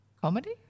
Comedy